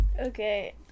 Okay